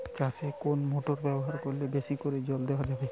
চাষে কোন মোটর ব্যবহার করলে বেশী করে জল দেওয়া যাবে?